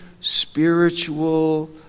spiritual